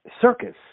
circus